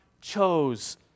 chose